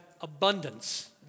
abundance